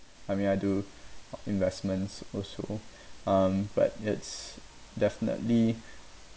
I mean I do investments also um but it's definitely